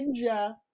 Ninja